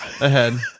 ahead